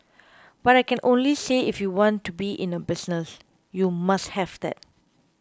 but I can only say if you want to be in a business you must have that